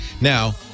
Now